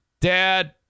dad